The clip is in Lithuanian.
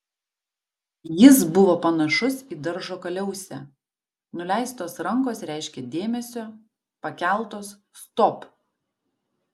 jis buvo panašus į daržo kaliausę nuleistos rankos reiškė dėmesio pakeltos stop